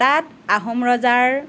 তাত আহোম ৰজাৰ